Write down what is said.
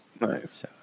nice